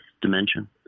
dimension